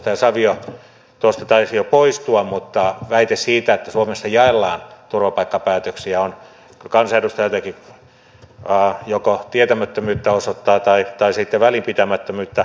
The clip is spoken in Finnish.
edustaja savio tuosta taisi jo poistua mutta väite siitä että suomessa jaellaan turvapaikkapäätöksiä osoittaa kansanedustajalta joko tietämättömyyttä tai sitten välinpitämättömyyttä